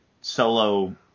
solo